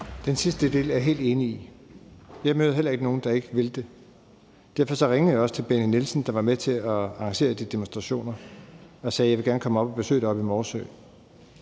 Den sidste del er jeg helt enig i. Jeg møder heller ikke nogen, der ikke vil det. Derfor ringede jeg også til Benny Nielsen, der var med til at arrangere de demonstrationer, og sagde: Jeg vil gerne komme og besøge dig oppe i Morsø.